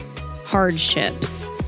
hardships